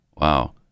Wow